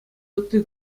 ытти